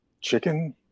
chicken